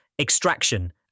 extraction